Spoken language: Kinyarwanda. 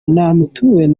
natumiwemo